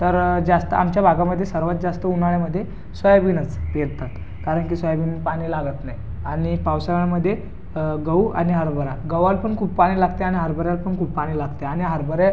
तर जास्त आमच्या भागामध्ये सर्वात जास्त उन्हाळ्यामध्ये सोयाबीनच पेरतात कारण की सोयाबीनला पाणी लागत नाही आणि पावसाळ्यामध्ये गहू आणि हरभरा गव्हाला पण खूप पाणी लागते आणि हरभऱ्याला पण खूप पाणी लागते आणि हरभऱ्यात